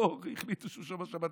לא החליטו שהוא שומר שבת,